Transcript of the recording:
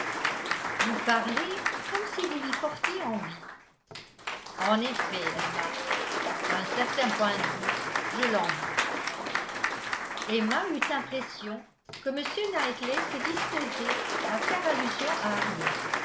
vous parlez comme si vous lui portiez envie en effet emma à un certain point de vue je l'envie emma eut impression que m knightley se disposait à faire allusion à